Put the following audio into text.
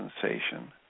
sensation